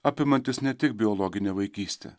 apimantis ne tik biologinę vaikystę